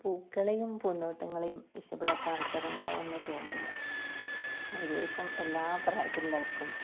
പൂക്കളെയും പൂന്തോട്ടങ്ങളെയും ഇഷ്ടപ്പെടാത്ത ആൾക്കാരുണ്ടാവുമെന്ന് തോന്നുന്നില്ല ഏകദേശം എല്ലാ പ്രായത്തിലുള്ളവർക്കും